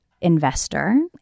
investor